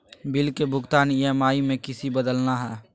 Bill के भुगतान EMI में किसी बदलना है?